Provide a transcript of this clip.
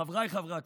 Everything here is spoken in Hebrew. חבריי חברי הכנסת,